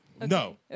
No